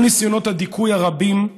כל ניסיונות הדיכוי הרבים,